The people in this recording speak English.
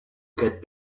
get